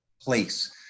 place